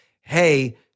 Hey